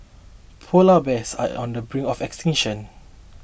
Polar Bears are on the brink of extinction